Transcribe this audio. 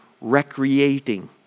recreating